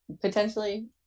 potentially